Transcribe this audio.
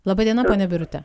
laba diena ponia birute